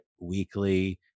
weekly